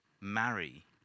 marry